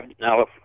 Now